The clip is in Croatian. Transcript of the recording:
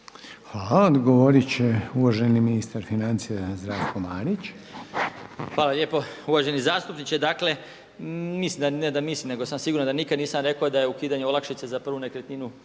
Hvala. Odgovorit će uvaženi ministar financija Zdravko Marić. **Marić, Zdravko** Hvala lijepo uvaženi zastupniče. Dakle mislim, ne da mislim nego sam siguran da nikad nisam rekao da je ukidanje olakšice za prvu nekretninu